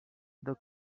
the